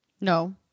No